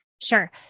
Sure